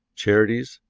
charities,